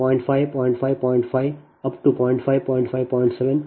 5 0